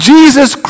Jesus